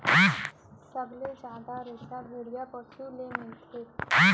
सबले जादा रेसा भेड़िया पसु ले मिलथे